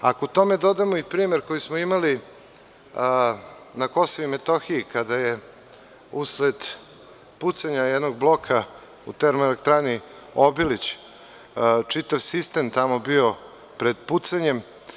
Ako tome dodamo i primer koji smo imali na Kosovu i Metohiji kada je usled pucanja jednog bloka u Termoelektrani „Obilić“ čitav sistem tamo bio pred pucanjem.